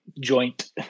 joint